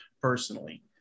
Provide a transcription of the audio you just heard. personally